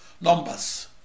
numbers